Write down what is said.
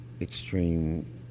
extreme